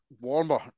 warmer